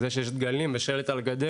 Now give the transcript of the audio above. זה שיש דגלים ושלט על גדר,